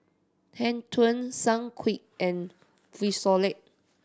Hang Ten Sunquick and Frisolac